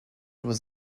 was